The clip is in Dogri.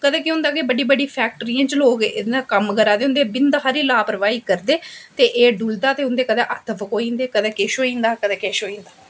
कदें कदें केह् होंदा कि बड्डी बड्डी फैक्ट्रियें च लोग कम्म करा दे होंदे न बिंद हारी लापरवाही करदे ते एह् डुलदा ते उं'दे कदें हत्थ फकोई जंदे कदें किश होई जंदा कदें किश होई जंदा